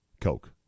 Coke